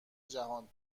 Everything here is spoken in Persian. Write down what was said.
جهان